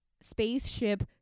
spaceship